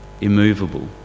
immovable